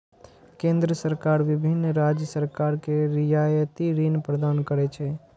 केंद्र सरकार विभिन्न राज्य सरकार कें रियायती ऋण प्रदान करै छै